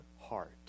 heart